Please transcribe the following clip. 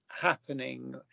happening